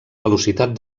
velocitat